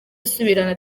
asubirana